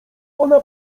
ona